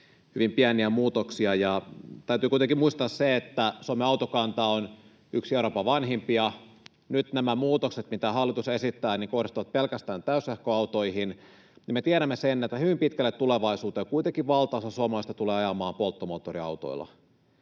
hyvin pieniä muutoksia. Täytyy kuitenkin muistaa se, että Suomen autokanta on yksi Euroopan vanhimmista. Nyt nämä muutokset, mitä hallitus esittää, kohdistuvat pelkästään täyssähköautoihin. Me tiedämme sen, että kuitenkin hyvin pitkälle tulevaisuuteen valtaosa suomalaisista tulee ajamaan polttomoottoriautoilla.